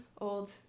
old